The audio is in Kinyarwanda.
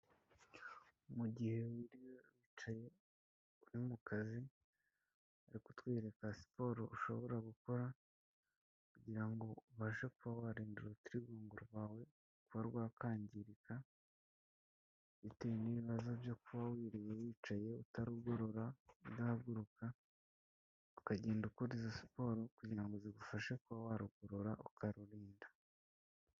Mu gihe wicaye uri mu kazi bari kutwereka siporo ushobora gukora, kugirango ubashe kuba wariren urutirigongo rwawe kuba rwakangirika, bitewe n'ibibazo byo kuba wiriwe wicaye utarugorora udahaguruka, ukagenda ukora izo siporo kugira ngo zigufashe kuba warugorora ukarurinda.